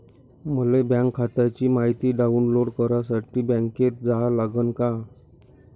मले बँक खात्याची मायती डाऊनलोड करासाठी बँकेत जा लागन का?